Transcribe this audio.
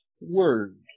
word